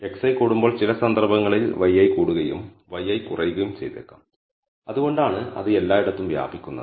xi കൂടുമ്പോൾ ചില സന്ദർഭങ്ങളിൽ yi കൂടുകയും yi കുറയുകയും ചെയ്തേക്കാം അതുകൊണ്ടാണ് അത് എല്ലായിടത്തും വ്യാപിക്കുന്നത്